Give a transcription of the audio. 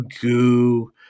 goo